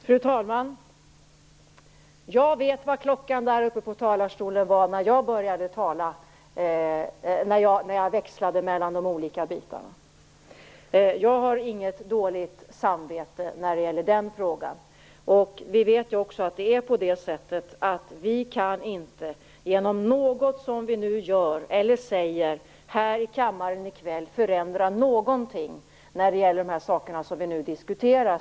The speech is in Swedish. Fru talman! Jag vet hur mycket klockan i talarstolen var när jag började tala och när jag växlade mellan de olika bitarna. Jag har inget dåligt samvete när det gäller den frågan. Dessutom vet vi att vi inte genom något som vi gör eller säger här i kammaren i kväll kan förändra någonting som gäller de saker vi nu diskuterar.